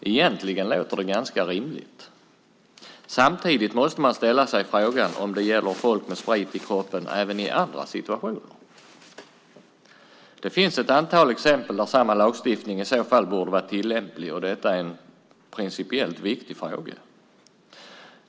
Egentligen låter det ganska rimligt. Samtidigt måste man ställa sig frågan om det gäller folk med sprit i kroppen även i andra situationer. Det finns ett antal exempel där samma lagstiftning i så fall borde vara tillämplig. Det är en principiellt viktig fråga.